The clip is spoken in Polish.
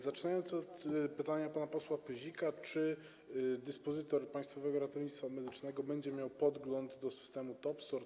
Zacznę od pytania pana posła Pyzika: Czy dyspozytor Państwowego Ratownictwa Medycznego będzie miał podgląd do systemu TOPSOR?